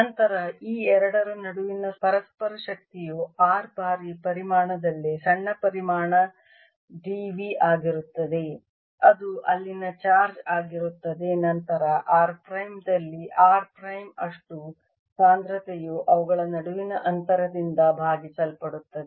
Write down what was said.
ನಂತರ ಈ ಎರಡರ ನಡುವಿನ ಪರಸ್ಪರ ಶಕ್ತಿಯು r ಬಾರಿ ಪರಿಮಾಣದಲ್ಲಿ ಸಣ್ಣ ಪರಿಮಾಣ d v ಆಗಿರುತ್ತದೆ ಅದು ಅಲ್ಲಿನ ಚಾರ್ಜ್ ಆಗಿರುತ್ತದೆ ನಂತರ r ಪ್ರೈಮ್ ದಲ್ಲಿ r ಪ್ರೈಮ್ ಅಷ್ಟು ಸಾಂದ್ರತೆಯು ಅವುಗಳ ನಡುವಿನ ಅಂತರದಿಂದ ಭಾಗಿಸಲ್ಪಡುತ್ತದೆ